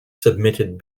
submitted